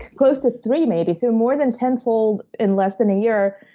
close to three, maybe. so, more than tenfold in less than a year.